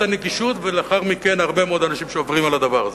הנגישות ולאחר מכן הרבה מאוד אנשים שעוברים על הדבר הזה.